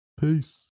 peace